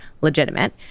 legitimate